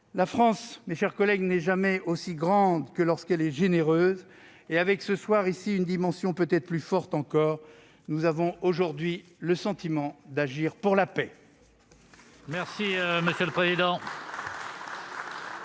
La France, mes chers collègues, n'est jamais aussi grande que lorsqu'elle est généreuse. Avec une dimension peut-être plus forte encore, nous avons aujourd'hui le sentiment d'agir pour la paix. La discussion générale est